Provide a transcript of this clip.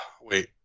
Wait